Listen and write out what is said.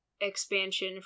expansion